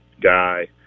guy